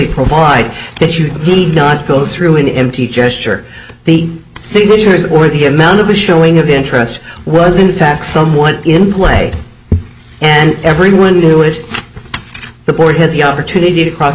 need not go through an empty gesture the signatures or the amount of the showing of interest was in fact somewhat in play and everyone knew it the board had the opportunity to cross